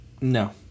No